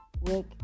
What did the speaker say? work